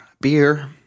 beer